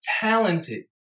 talented